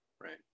Right